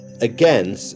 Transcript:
again